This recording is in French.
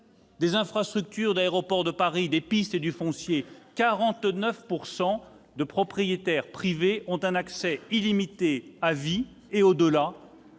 des infrastructures d'Aéroports de Paris, des pistes et du foncier, c'est que 49 % de propriétaires privés ont un accès illimité, à vie et au-delà,